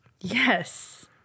Yes